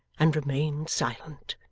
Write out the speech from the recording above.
and remained silent.